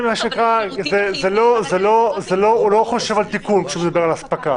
לא חושב על תיקון כשהוא מדבר על אספקה.